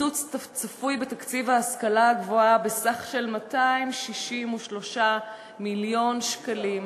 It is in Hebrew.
צפוי קיצוץ בתקציב ההשכלה הגבוהה בסך של 263 מיליון שקלים.